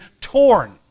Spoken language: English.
torn